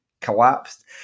collapsed